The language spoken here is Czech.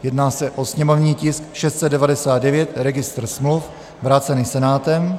Jedná se o sněmovní tisk 699, registr smluv, vrácený Senátem.